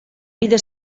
vida